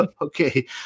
okay